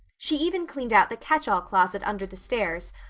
she even cleaned out the catch-all closet under the stairs,